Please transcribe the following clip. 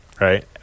right